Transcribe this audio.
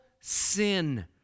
sin